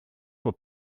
were